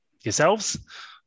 yourselves